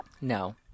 No